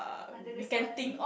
under the sun